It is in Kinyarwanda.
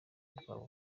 bwabo